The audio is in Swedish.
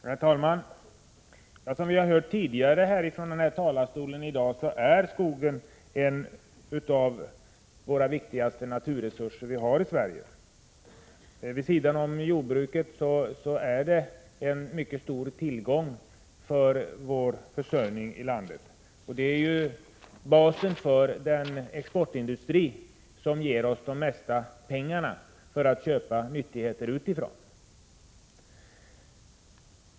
Herr talman! Som vi har hört tidigare från denna talarstol i dag, är skogen en av de viktigaste naturresurser som vi har i Sverige. Vid sidan om jordbruket är skogen en mycket stor tillgång för vår försörjning. Skogen är basen för den exportindustri som ger oss de mesta pengarna för att köpa nyttigheter utifrån.